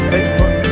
Facebook